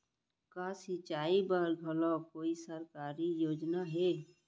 का सिंचाई बर घलो कोई सरकारी योजना हे?